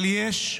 אבל יש,